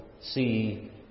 see